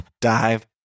dive